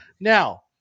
Now